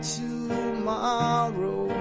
tomorrow